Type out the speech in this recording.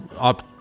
up